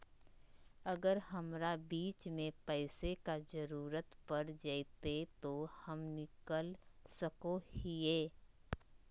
अगर हमरा बीच में पैसे का जरूरत पड़ जयते तो हम निकल सको हीये